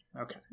okay